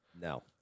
No